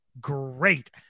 great